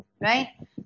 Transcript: Right